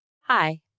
Hi